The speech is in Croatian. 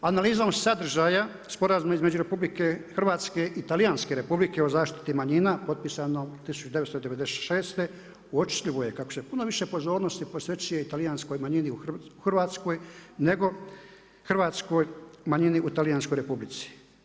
Analizom sadržaja sporazuma između RH i talijanske Republike o zaštititi manjina potpisano 1996. uočljivo je kako se puno više pozornosti posvećuje talijanskoj manjini u Hrvatskoj nego hrvatskoj manjini u talijanskoj Republici.